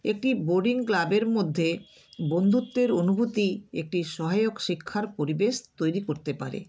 একটি বার্ডিং ক্লাবের মধ্যে বন্ধুত্বের অনুভূতি একটি সহায়ক শিক্ষার পরিবেশ তৈরি করতে পারে